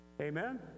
Amen